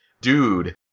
dude